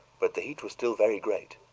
but the heat was still very great.